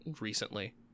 recently